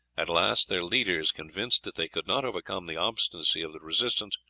at last their leaders, convinced that they could not overcome the obstinacy of the resistance,